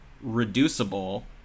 reducible